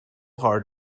hard